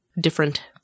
different